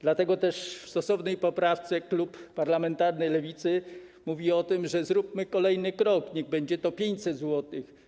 Dlatego też w stosownej poprawce klub parlamentarny Lewicy mówi: zróbmy kolejny krok, niech będzie to 500 zł.